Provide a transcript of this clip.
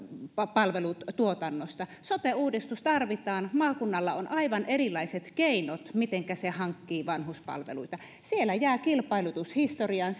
palvelutuotannosta sote uudistus tarvitaan maakunnalla on aivan erilaiset keinot mitenkä se hankkii vanhuspalveluita siellä jää kilpailutus historiaan